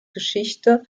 geschichte